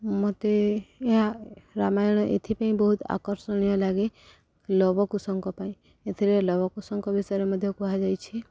ମୋତେ ଏହା ରାମାୟଣ ଏଥିପାଇଁ ବହୁତ ଆକର୍ଷଣୀୟ ଲାଗେ ଲବ କୁୁଶଙ୍କ ପାଇଁ ଏଥିରେ ଲବ କୁଶଙ୍କ ବିଷୟରେ ମଧ୍ୟ କୁହାଯାଇଛି